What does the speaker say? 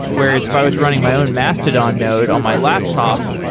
whereas if i was running my own mastodon node on my laptop,